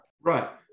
Right